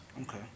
Okay